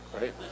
right